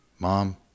Mom